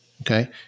Okay